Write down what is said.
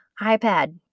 iPad